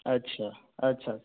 अच्छा अच्छा अच्छा